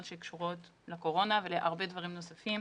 שקשורות לקורונה ולהרבה דברים נוספים,